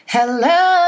Hello